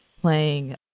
playing